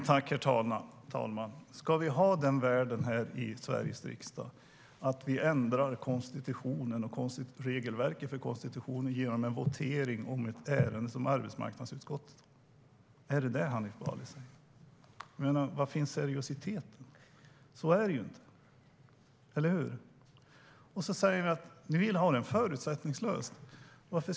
Herr talman! Ska vi ha den världen här i Sveriges riksdag att vi ändrar konstitutionen och regelverket för konstitutionen genom votering om ett ärende i arbetsmarknadsutskottet? Är det detta Hanif Bali säger? Var finns seriositeten? Så fungerar det inte, eller hur? Ni säger att ni vill ha en förutsättningslös översyn.